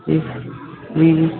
ٹھیک جی جی